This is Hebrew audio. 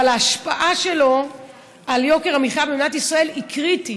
אבל ההשפעה שלו על יוקר המחיה במדינת ישראל היא קריטית.